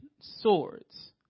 swords